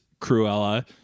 Cruella